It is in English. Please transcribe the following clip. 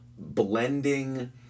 blending